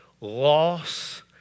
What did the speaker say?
loss